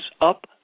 up